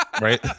Right